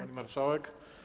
Pani Marszałek!